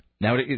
now